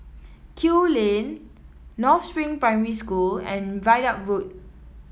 Kew Lane North Spring Primary School and Ridout Road